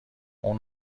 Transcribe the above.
اون